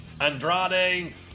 Andrade